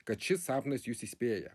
kad šis sapnas jus įspėja